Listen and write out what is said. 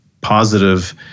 positive